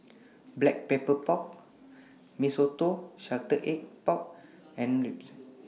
Black Pepper Pork Mee Soto and Salted Egg Pork Ribs